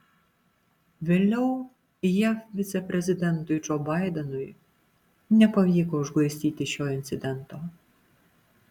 vėliau jav viceprezidentui džo baidenui nepavyko užglaistyti šio incidento